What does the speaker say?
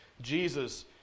Jesus